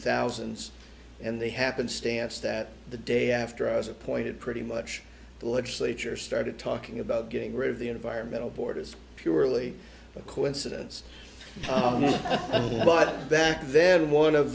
thousand and the happenstance that the day after i was appointed pretty much the legislature started talking about getting rid of the environmental board is purely a coincidence but back then one of